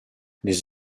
les